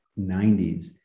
90s